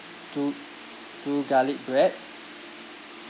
two two garlic bread